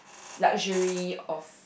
luxury of